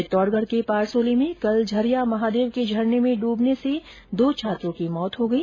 चित्तौड़गढ के पारसोली में कल झरिया महादेव के झरने में डूबने से दो छात्रों की मौत हो गई